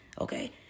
okay